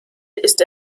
ist